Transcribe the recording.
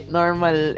normal